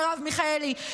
מרב מיכאלי,